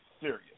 serious